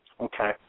Okay